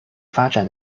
发展